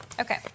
okay